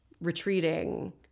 retreating